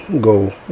go